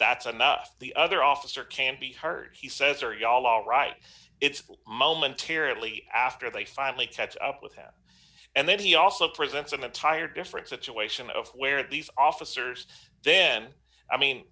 that's enough the other officer can be heard he says are you all right it's momentarily after they finally catch up with him and then he also presents an entire different situation of where these officers then i mean